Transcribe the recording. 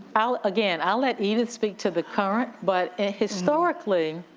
i'll again, i'll let edith speak to the current, but ah historically,